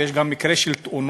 ויש גם מקרה של תאונות,